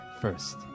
first